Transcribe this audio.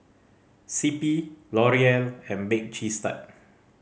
C P L'Oreal and Bake Cheese Tart